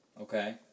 Okay